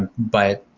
ah but,